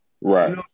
right